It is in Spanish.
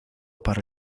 para